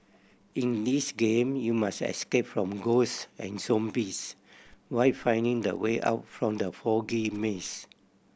in this game you must escape from ghosts and zombies while finding the way out from the foggy maze